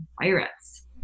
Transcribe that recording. virus